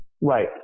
Right